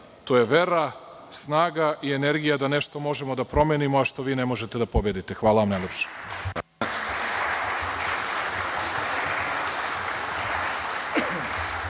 to je vera, snaga i energija da nešto možemo da promenimo, a što vi ne možete da pobedite. Hvala vam najlepše.